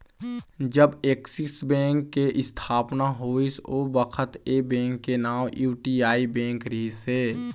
जब Axis bank के इस्थापना होइस ओ बखत ऐ बेंक के नांव यूटीआई बेंक रिहिस हे